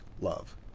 love